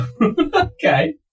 okay